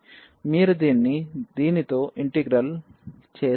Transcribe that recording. మీరు దీన్ని దీనితో ఇంటిగ్రల్ చేస్తారు